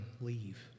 leave